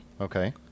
Okay